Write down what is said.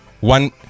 One